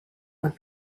would